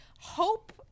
hope